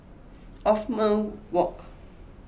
Othman Wok